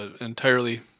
entirely